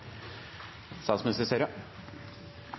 statsminister